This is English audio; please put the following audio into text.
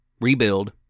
rebuild